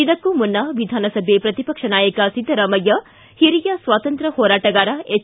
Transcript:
ಇದಕ್ಕೂ ಮುನ್ನ ವಿಧಾನಸಭೆ ಪ್ರತಿಪಕ್ಷ ನಾಯಕ ಸಿದ್ದರಾಮಯ್ಯ ಹಿರಿಯ ಸ್ವಾತಂತ್ರ್ಯ ಹೋರಾಟಗಾರ ಎಚ್